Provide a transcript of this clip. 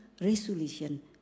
resolution